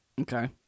Okay